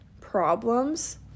problems